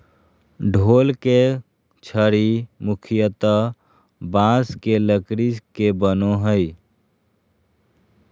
ढोल के छड़ी मुख्यतः बाँस के लकड़ी के बनो हइ